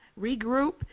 regroup